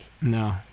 No